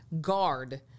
guard